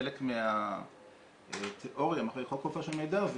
חלק מהתיאוריה מאחורי חוק חופש המידע זה